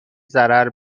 ضرر